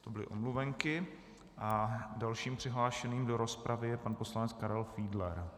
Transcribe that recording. To byly omluvenky a dalším přihlášeným do rozpravy je pan poslanec Karel Fiedler.